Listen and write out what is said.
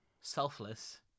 selfless